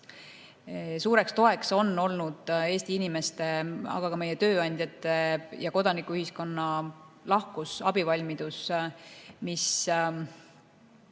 Suureks toeks on olnud Eesti inimeste, aga ka meie tööandjate ja kodanikuühiskonna lahkus ja abivalmidus, mis